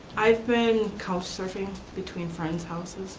i have been couch-surfing between friends' houses